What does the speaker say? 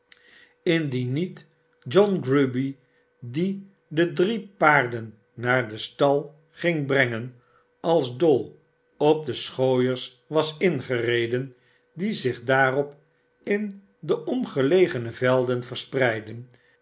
indien niet john grueby die de drie paarden naar den stal ging brengen als dol op de schooiers was ingereden die zich daarop in de omgelegene velden verspreidden